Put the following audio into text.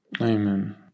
Amen